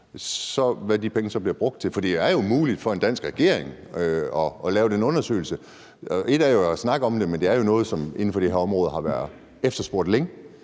fra er et slutpunkt. For det er jo muligt for en dansk regering at lave den undersøgelse. Et er at snakke om det, men det er jo noget, som inden for det her område har været efterspurgt længe,